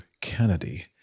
Kennedy